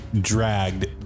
dragged